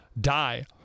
die